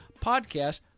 podcast